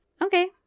okay